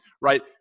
right